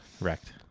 wrecked